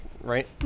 right